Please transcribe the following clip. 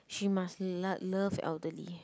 she must lah love elderly